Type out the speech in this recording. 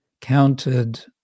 counted